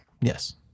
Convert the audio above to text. Yes